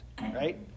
right